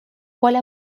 quale